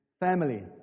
Family